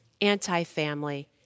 anti-family